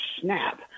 snap